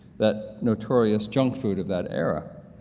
that notorious junk food of that era.